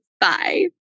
Bye